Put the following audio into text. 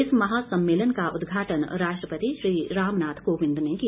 इस महा सम्मेलन का उदघाटन राष्ट्रपति श्री रामनाथ कोविंद ने किया